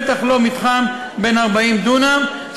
בטח לא מתחם בן 40 דונם,